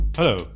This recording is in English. Hello